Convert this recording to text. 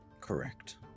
Correct